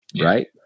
Right